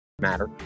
matter